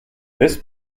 this